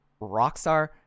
Rockstar